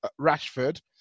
Rashford